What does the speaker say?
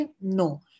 No